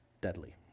deadly